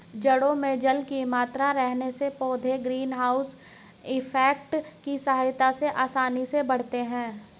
जड़ों में जल की मात्रा रहने से पौधे ग्रीन हाउस इफेक्ट की सहायता से आसानी से बढ़ते हैं